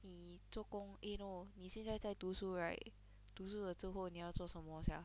你做工 eh no 你现在在读书 right 读书了之后你要做什么 sia